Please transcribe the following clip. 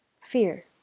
Fear